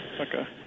Okay